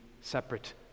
separate